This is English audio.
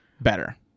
Better